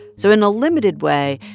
so in a limited way,